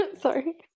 sorry